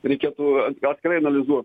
reikėtų ats atskirai analizuoti